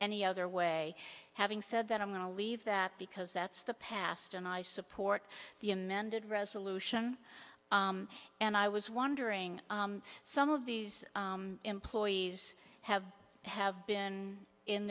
any other way having said that i'm going to leave that because that's the past and i support the amended resolution and i was wondering some of these employees have have been in